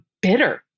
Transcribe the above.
bitter